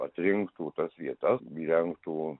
atrinktų tas vietas įrengtų